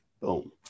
Boom